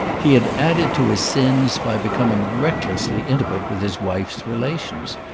he had added to his sins by becoming recklessly intimate with his wife's relations.